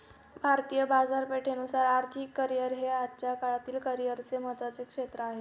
भारतीय बाजारपेठेनुसार आर्थिक करिअर हे आजच्या काळातील करिअरचे महत्त्वाचे क्षेत्र आहे